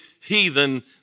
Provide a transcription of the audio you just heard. heathen